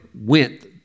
went